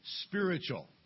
spiritual